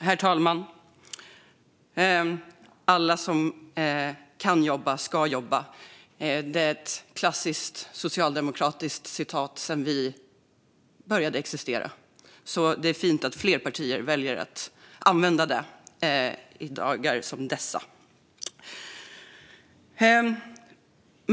Herr talman! Alla som kan jobba ska jobba. Det är ett klassiskt socialdemokratiskt citat som har funnits sedan vi började existera. Det är fint att fler partier väljer att använda det i dagar som dessa.